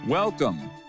Welcome